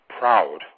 proud